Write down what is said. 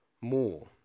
more